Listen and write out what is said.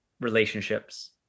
relationships